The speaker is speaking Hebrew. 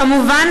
כמובן,